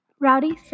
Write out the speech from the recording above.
Rowdy